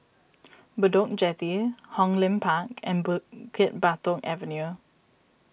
Bedok Jetty Hong Lim Park and Bukit Batok Avenue